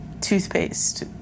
toothpaste